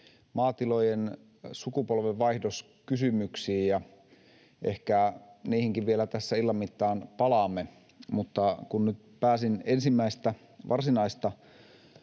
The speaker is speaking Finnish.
maatilojen sukupolvenvaihdoskysymyksiin, ja ehkä niihinkin vielä tässä illan mittaan palaamme. Mutta kun nyt pääsin ensimmäistä varsinaista